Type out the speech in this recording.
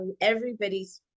everybody's